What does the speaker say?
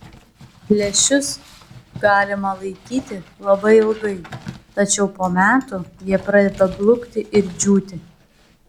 lęšius galima laikyti labai ilgai tačiau po metų jie pradeda blukti ir džiūti